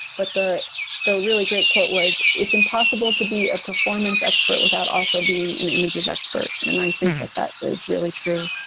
but the really great quote was, it's impossible to be a performance expert without also being an images expert, and i think that that is really true.